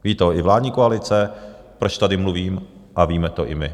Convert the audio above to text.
Ví to i vládní koalice, proč tady mluvím, a víme to i my.